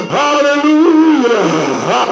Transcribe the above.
hallelujah